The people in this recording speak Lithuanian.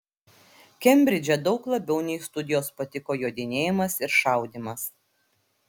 kembridže daug labiau nei studijos patiko jodinėjimas ir šaudymas